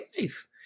life